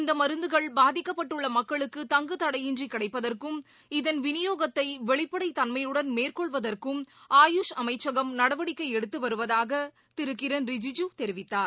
இந்த மருந்துகள் பாதிக்கப்பட்டுள்ள மக்களுக்கு தங்கு தடையின்றி கிடைப்பதற்கும் இதன் விநியோகத்தை வெளிப்படை தன்மையுடம் மேற்கொள்வதற்கும் ஆயுஷ் அமைச்சகம் நடவடிக்கை எடுத்து வருவதாக திரு கிரண் ரிஜூஜூ தெரிவித்தார்